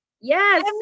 Yes